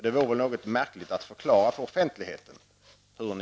Det vore något märkligt att förklara för offentligheten.